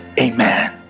Amen